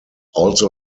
also